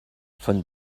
von